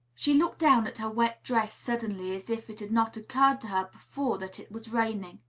she looked down at her wet dress suddenly, as if it had not occurred to her before that it was raining.